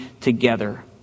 together